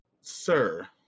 Sir